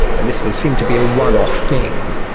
and this was seen to be a one off thing.